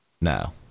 No